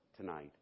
tonight